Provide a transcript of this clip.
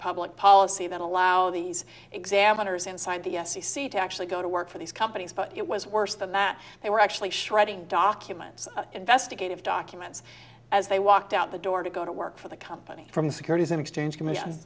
public policy that allow these examiners inside the s e c to actually go to work for these companies but it was worse than that they were actually shredding documents investigative documents as they walked out the door to go to work for the company from the securities and exchange commission